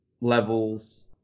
levels